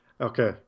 Okay